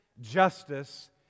justice